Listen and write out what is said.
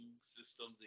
systems